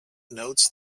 notes